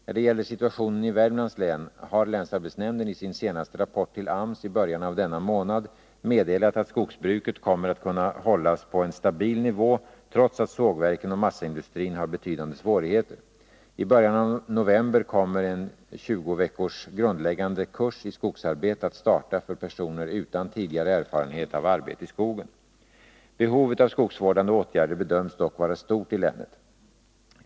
När det gäller situationen i Värmlands län har länsarbetsnämnden i sin senaste rapport till AMS i början av denna månad meddelat att skogsbruket kommer att kunna hållas på en stabil nivå trots att sågverken och massaindustrin har betydande svårigheter. I början av november kommer en 20 veckors grundläggande kurs i skogsarbete att starta för personer utan tidigare erfarenhet av arbete i skogen. Behovet av skogsvårdande åtgärder bedöms dock vara stort i länet.